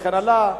וכן הלאה,